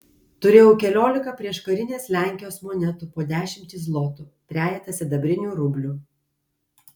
turėjau keliolika prieškarinės lenkijos monetų po dešimtį zlotų trejetą sidabrinių rublių